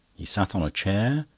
he sat on a chair,